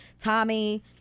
Tommy